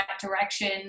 direction